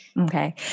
Okay